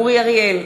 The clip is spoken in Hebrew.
אורי אריאל,